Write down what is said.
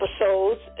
episodes